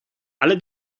alle